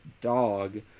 dog